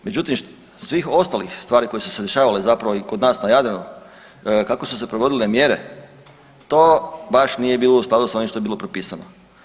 Međutim, svih ostalih stvari koje su se dešavale i kod nas na Jadranu, kako su se provodile mjere, to baš nije bilo u skladu s onim što je bilo propisano.